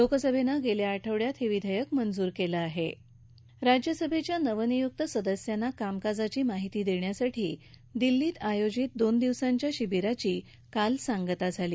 लोकसभा गाव्या शठवड्यात हाविधक्क मंजूर कल्वि ह राज्यसभध्या नवनियुक्त सदस्यांना कामकाजाची माहिती दख्यासाठी दिल्ली िक्वे ियोजित दोन दिवसाच्या शिविराची काल सांगता झाली